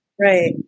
Right